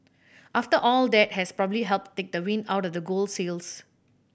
after all that has probably helped take the wind out of gold's sails